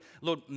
Lord